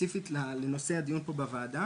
ספציפית לנושא הדיון בוועדה